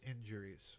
injuries